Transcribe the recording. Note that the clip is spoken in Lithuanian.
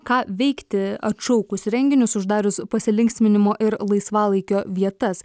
ką veikti atšaukus renginius uždarius pasilinksminimo ir laisvalaikio vietas